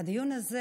הדיון הזה